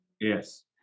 Yes